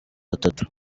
atatu